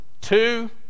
two